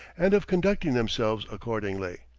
and of conducting themselves accordingly.